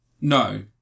No